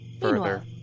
further